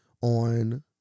on